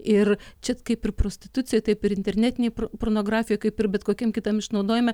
ir čia kaip ir prostitucija taip ir internetinė pornografija kaip ir bet kokiam kitam išnaudojime